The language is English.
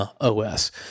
OS